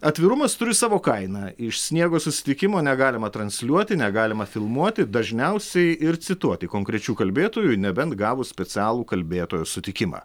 atvirumas turi savo kainą iš sniego susitikimo negalima transliuoti negalima filmuoti dažniausiai ir cituoti konkrečių kalbėtojų nebent gavus specialų kalbėtojo sutikimą